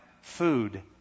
food